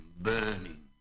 burning